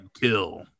kill